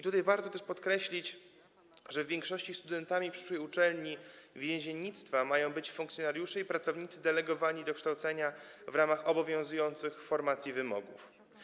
Tutaj warto też podkreślić, że w większości studentami przyszłej uczelni więziennictwa mają być funkcjonariusze i pracownicy delegowani do kształcenia w ramach obowiązujących w formacji wymogów.